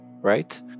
right